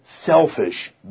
selfish